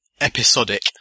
episodic